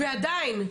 ועדיין,